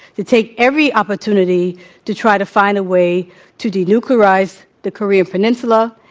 to take every opportunity to try to find a way to denuclearize the korean peninsula,